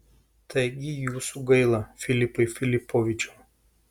taigi jūsų gaila filipai filipovičiau